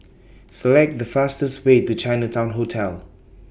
Select The fastest Way to Chinatown Hotel